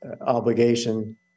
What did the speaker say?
obligation